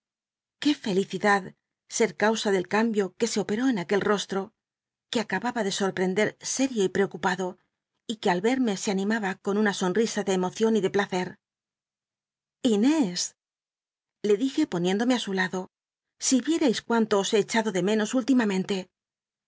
fel icidad ser causa del cambio que se operó an aquel rosti'o que acababa de sorprender sério y preocupado y que al verme se animaba con una sonrisa de cmocion y de placer inés le dije poniéndome á su lado si vierais cuánto os he echado de menos últimamente